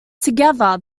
together